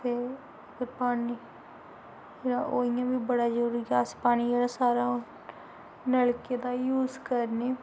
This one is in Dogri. ते पानी जेह्ड़ा ओह् इ'यां बी बड़ा जरूरी ऐ अस पानी जेह्ड़ा सारा नलके दा गै यूज करने